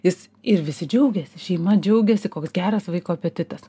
jis ir visi džiaugėsi šeima džiaugiasi koks geras vaiko apetitas